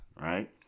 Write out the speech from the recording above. right